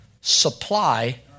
supply